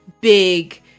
big